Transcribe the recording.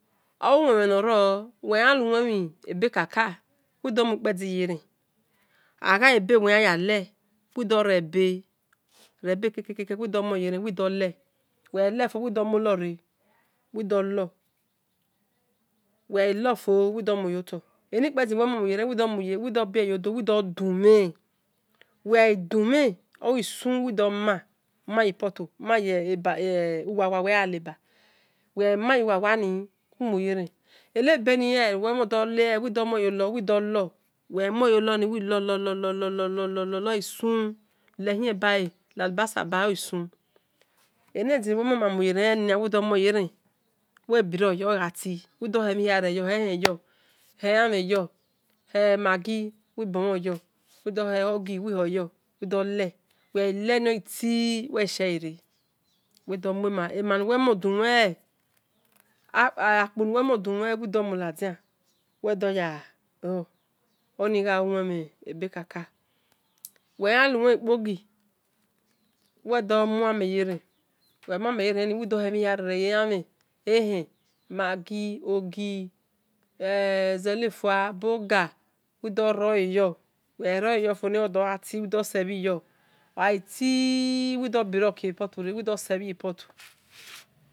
Ouwemi anro wiehieduluwni abekake udamuradio yara oqaebiewehiyale wedurebe rebe kakake widumuyera ludule welofio wedumulore wedu lo luelofo wedumuyoto anfodia anipadia uwemomuyera wedobum odu wedina weduna oesu wedioma put mayowawauweyale ba wemauwawan umuyere anibenie wemuleo wedumuyoka wedulo weaimulona wedo lo lo lo lo lo oesu letuebea lelibasi baeoisu andia uwemumauyara nina wedomurare webiroyo oatie ehien yo emmi uo eh maqqi ubemouo weduoqi wibumayo udule weleontie tie weshare amanawemadima apunawemudimu wedumu ledia weduyao oniqauweabekaka uvehilulunuimipoqi wedumumiyera weidumumi yo wehemihirere yo anmi ahien maqqi oqi zielefu boqa weduroayo weroayofo oduatie wedusiveyo daetie tie tie wibirokuua potorawiduseviyo